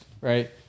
right